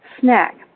snack